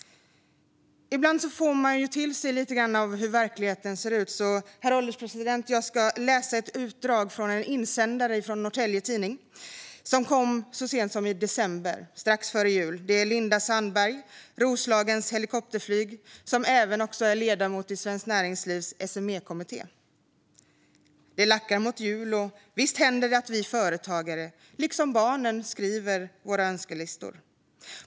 Ibland får man höra berättelser om hur verkligheten ser ut. Jag ska därför läsa ett utdrag från en insändare i Norrtelje Tidning strax före jul. Det är Linda Sandberg från Roslagens Helikopterflyg AB, som också är ledamot i Svenskt Näringslivs SME-kommitté, som har skrivit den. "Det lackar mot jul och visst händer det att vi företagare, liksom barnen, skriver på våra önskelistor.